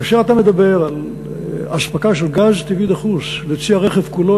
כאשר אתה מדבר על אספקה של גז טבעי דחוס בצי הרכב כולו,